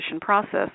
process